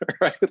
right